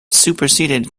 superseded